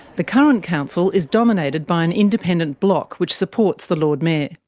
the current council is dominated by an independent bloc which supports the lord mayor.